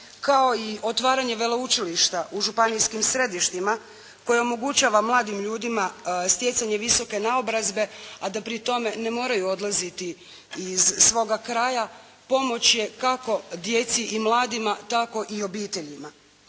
kao i otvaranje veleučilišta u županijskim središtima koje omogućava mladim ljudima stjecanje visoke naobrazbe a da pri tome ne moraju odlaziti iz svoga kraja pomoć je kako djeci i mladima tako i obiteljima.